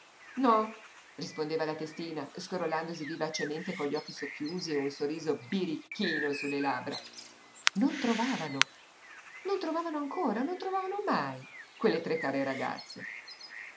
no rispondeva la testina scrollandosi vivacemente con gli occhi socchiusi e un sorriso birichino su le labbra non trovavano non trovavano ancora non trovavano mai quelle tre care ragazze